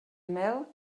mel